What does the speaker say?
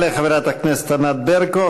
תודה לחברת הכנסת ענת ברקו.